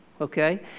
okay